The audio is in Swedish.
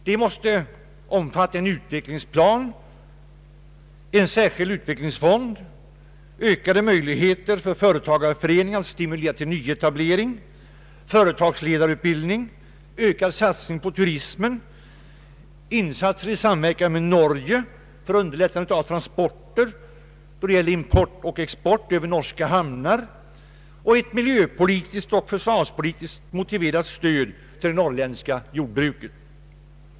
Det måste omfatta en utvecklingsplan, en särskild utvecklingsfond, ökade möjligheter för företagareföreningar att stimulera till nyetablering, företagsledarutbildning, ökad satsning på turismen, insatser i samverkan med Norge för underlättande av transporter, då det gäller import och export över norska hamnar och ett miljöpolitiskt och socialpolitiskt motiverat stöd till det norrländska jordbruket.